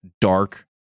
dark